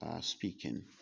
speaking